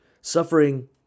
Suffering